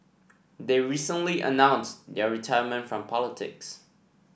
they recently announced their retirement from politics